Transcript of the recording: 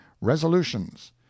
Resolutions